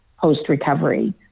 post-recovery